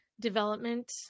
development